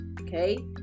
okay